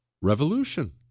revolution